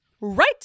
Right